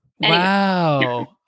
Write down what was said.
wow